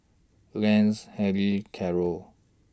Lance Helene Carlo